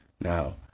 Now